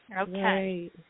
Okay